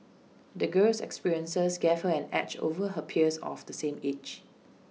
the girl's experiences gave her an edge over her peers of the same age